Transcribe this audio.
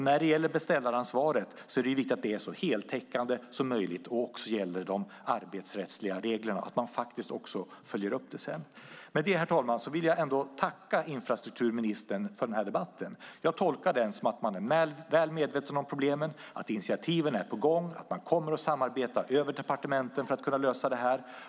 När det gäller beställaransvaret är det viktigt att det är så heltäckande som möjligt, att det också gäller de arbetsrättsliga reglerna, och att man följer upp det sedan. Med detta, herr talman, vill jag tacka infrastrukturministern för debatten. Jag tolkar den som att hon är väl medveten om problemen, att initiativen är på gång och att man kommer att samarbeta mellan departementen för att kunna lösa det här.